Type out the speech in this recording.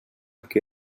que